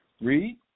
read